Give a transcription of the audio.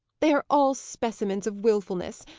they are all specimens of wilfulness.